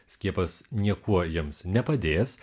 skiepas niekuo jiems nepadės